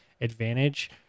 advantage